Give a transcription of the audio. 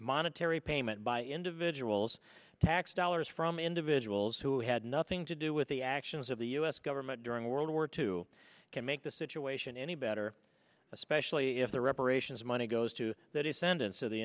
monetary payment by individuals tax dollars from individuals who had nothing to do with the actions of the us government during world war two can make the situation any better especially if the reparations money goes to the defendants of the